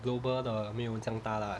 global 的没有这样大 lah